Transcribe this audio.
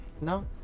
No